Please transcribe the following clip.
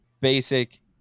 basic